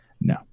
No